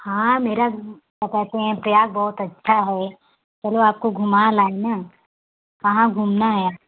हाँ मेरा बताते हैं प्रयाग बहुत अच्छा है चलो आपको घुमा लाएँ ना कहाँ घूमना है